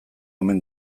omen